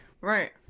Right